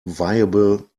viable